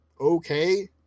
okay